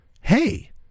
Hey